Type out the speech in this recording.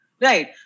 right